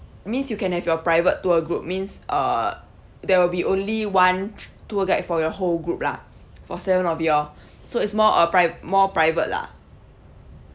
means you can have your private tour group means err there will be only one tour guide for your whole group lah for seven of y'all so it's more a pri~ uh more private lah